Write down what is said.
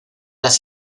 las